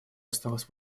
осталась